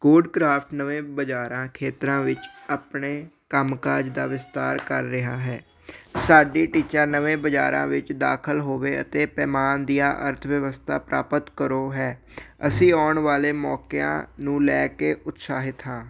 Codecraft ਨਵੇਂ ਬਾਜ਼ਾਰਾਂ ਖੇਤਰਾਂ ਵਿੱਚ ਆਪਣੇ ਕੰਮਕਾਜ ਦਾ ਵਿਸਤਾਰ ਕਰ ਰਿਹਾ ਹੈ ਸਾਡਾ ਟੀਚਾ ਨਵੇਂ ਬਾਜ਼ਾਰਾਂ ਵਿੱਚ ਦਾਖਲ ਹੋਵੇ ਅਤੇ ਪੈਮਾਨ ਦੀਆਂ ਅਰਥਵਿਵਸਥਾ ਪ੍ਰਾਪਤ ਕਰੋ ਹੈ ਅਸੀਂ ਆਉਣ ਵਾਲੇ ਮੌਕਿਆਂ ਨੂੰ ਲੈ ਕੇ ਉਤਸ਼ਾਹਿਤ ਹਾਂ